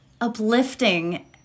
uplifting